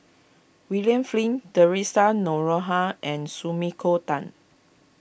William Flint theresa Noronha and Sumiko Tan